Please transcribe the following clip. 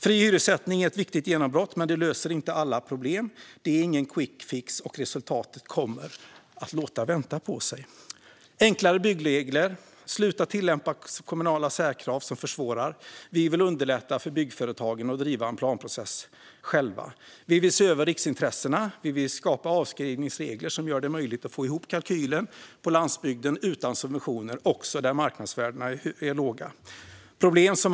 Fri hyressättning är ett viktigt genombrott, men det löser inte alla problem. Det är ingen quick fix, och resultatet kommer att låta vänta på sig. Vi behöver enklare byggregler. Sluta att tillämpa kommunala särkrav som försvårar! Vi vill underlätta för byggföretagen att driva en planprocess själva. Vi vill se över riksintressena. Vi vill skapa avskrivningsregler som gör det möjligt att få ihop kalkylen på landsbygden utan subventioner också där marknadsvärdena är låga.